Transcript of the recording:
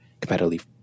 competitively